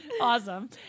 awesome